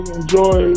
enjoy